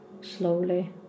slowly